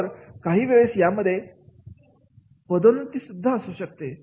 तर काही वेळेस यामध्ये पदोन्नती सुद्धा असू शकते